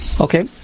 Okay